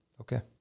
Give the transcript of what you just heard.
Okay